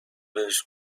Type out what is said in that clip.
بهش